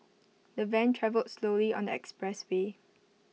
the van travelled slowly on the expressway